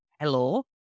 hello